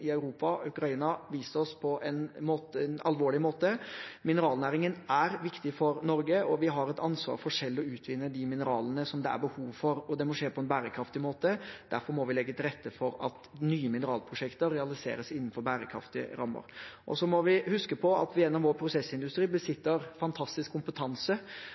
Ukraina vist oss på en alvorlig måte. Mineralnæringen er viktig for Norge, og vi har et ansvar for selv å utvinne de mineralene som det er behov for, og det må skje på en bærekraftig måte. Derfor må vi legge til rette for at nye mineralprosjekter realiseres innenfor bærekraftige rammer. Vi må også huske på at vi gjennom vår prosessindustri besitter fantastisk kompetanse